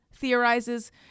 theorizes